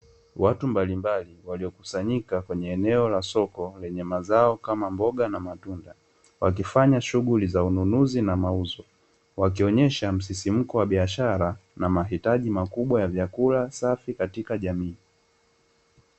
Watu mbalimbali waliokusanyika kwenye eneo la soko lenye mazao, kama mboga na matunda, wakifanya shughuli za ununuzi na mauzo, wakionyesha msisimko wa biashara na mahitaji makubwa ya vyakula safi katika jamii.